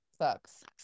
sucks